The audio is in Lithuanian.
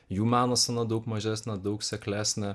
jų meno scena daug mažesnė daug seklesnė